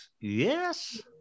Yes